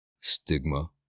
Stigma